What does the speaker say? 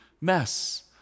mess